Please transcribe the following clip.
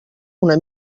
una